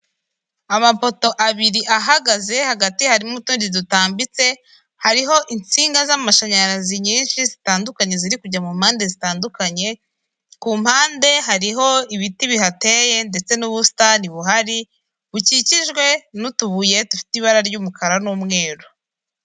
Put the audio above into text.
Amapoto abiri ahagaze hagati harimo utundi dutambitse hariho insinga z'amashanyarazi nyinshi zitandukanye ziri kujya mu mpande zitandukanye ku mpande hariho ibiti bihateye ndetse n'ubusitani buhari bukikijwe n'utubuye dufite ibara ry'umukara n'umweru.